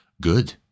Good